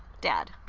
dad